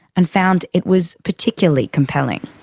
and found it was particularly compelling.